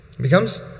Becomes